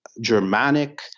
Germanic